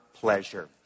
pleasure